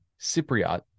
Cypriot